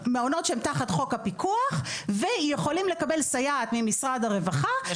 מעונות שהם תחת חוק הפיקוח ויכולים לקבל סייעת ממשרד הרווחה על